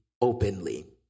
openly